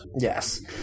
Yes